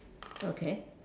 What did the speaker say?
okay